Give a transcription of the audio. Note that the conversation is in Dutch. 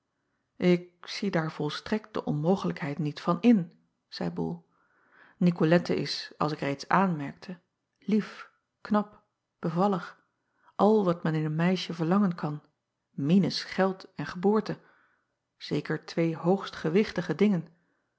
k zie daar volstrekt de onmogelijkheid niet van in zeî ol icolette is als ik reeds aanmerkte lief knap bevallig al wat men in een meisje verlangen kan minus geld en geboorte zeker twee hoogst gewichtige dingen